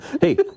Hey